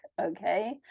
okay